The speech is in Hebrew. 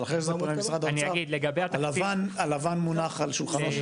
אבל אחרי -- הלבן מונח על שולחנו של